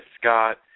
Scott